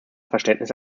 verständnis